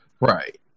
right